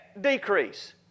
decrease